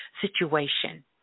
situation